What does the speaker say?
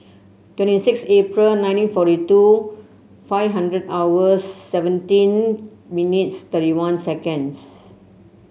twenty six April nineteen forty two five hundred hours seventeen millions thirty one seconds